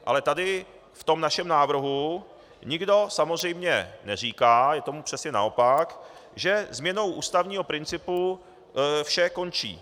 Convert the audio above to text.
Ale tady v našem návrhu nikdo samozřejmě neříká, je tomu přesně naopak, že změnou ústavního principu vše končí.